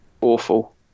awful